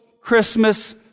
Christmas